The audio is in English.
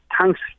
thanks